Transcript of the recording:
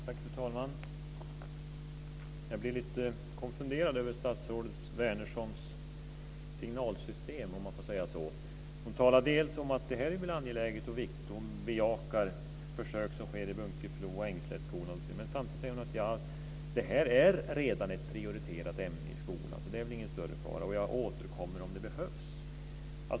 Fru talman! Jag blir lite konfunderad över statsrådet Wärnerssons signalsystem, om jag får säga så. Hon talar om att detta är angeläget och viktigt, och hon bejakar försök som sker i Bunkeflo och i Ängslättsskolan. Samtidigt säger hon att detta redan är ett prioriterat ämne i skolan, så det är väl ingen större fara, och att hon återkommer om det behövs.